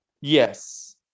Yes